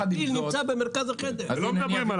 מה?